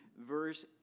verse